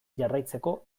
jarraitzeko